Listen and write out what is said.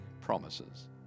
promises